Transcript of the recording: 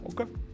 okay